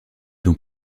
dons